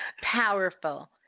powerful